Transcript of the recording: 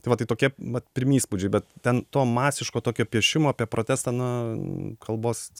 tai vat tai tokie vat pirmi įspūdžiai bet ten to masiško tokio piešimo apie protestą na kalbos